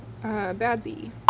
badsy